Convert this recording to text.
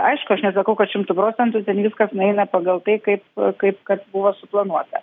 aišku aš nesakau kad šimtu procentų ten viskas nueina pagal tai kaip kaip kad buvo suplanuota